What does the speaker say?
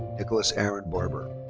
nicholas aaron barber.